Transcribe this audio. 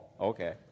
Okay